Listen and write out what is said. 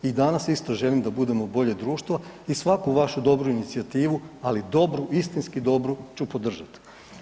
I danas isto želim da budemo bolje društvo i svaku vašu dobru inicijativu ali dobru, istinski dobru, ću podržati.